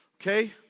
okay